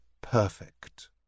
perfect